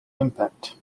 impact